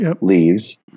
leaves